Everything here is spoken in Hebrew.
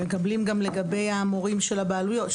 הם מקבלים גם לגבי המורים של המוסדות הלא-רשמיים.